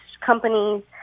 companies